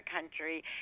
country